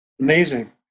Amazing